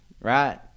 right